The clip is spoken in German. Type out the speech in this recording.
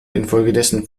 infolgedessen